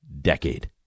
decade